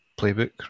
playbook